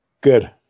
Good